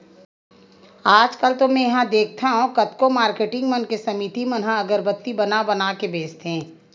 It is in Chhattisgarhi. आजकल तो मेंहा देखथँव कतको मारकेटिंग मन के समिति मन ह अगरबत्ती बना बना के बेंचथे